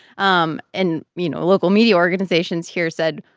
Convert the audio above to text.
um and, you know, local media organizations here said,